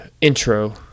intro